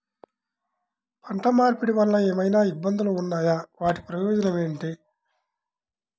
పంట మార్పిడి వలన ఏమయినా ఇబ్బందులు ఉన్నాయా వాటి ప్రయోజనం ఏంటి?